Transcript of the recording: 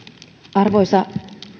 arvoisa